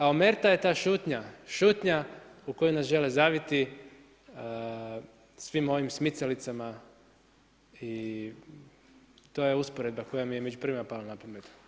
A Omerta je ta šutnja, šutnja u koju nas žele zaviti svim ovim smicalicama i to je usporedba koja mi je među prvima pala na pamet.